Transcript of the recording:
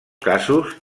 casos